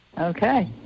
Okay